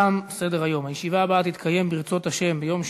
תם סדר-היום.